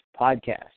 podcast